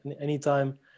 Anytime